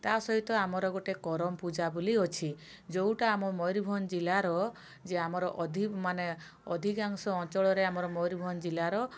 ତା' ସହିତ ଆମର ଗୋଟେ କରମ୍ ପୂଜା ବୋଲି ଅଛି ଯୋଉଟା ଆମ ମୟୂରଭଞ୍ଜ ଜିଲ୍ଲାର ଯେ ଆମର ଅଧି ମାନେ ଅଧିକାଂଶ ଅଞ୍ଚଳରେ ଆମର ମୟୂରଭଞ୍ଜ ଜିଲ୍ଲାର